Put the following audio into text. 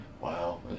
Wow